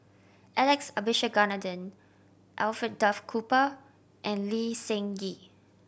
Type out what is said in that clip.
Alex Abisheganaden Alfred Duff Cooper and Lee Seng Gee